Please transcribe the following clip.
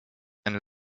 and